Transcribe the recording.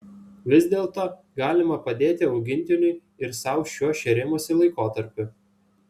vis dėlto galima padėti augintiniui ir sau šiuo šėrimosi laikotarpiu